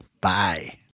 Bye